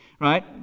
Right